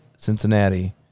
Cincinnati